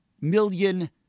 million